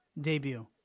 debut